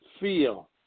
feel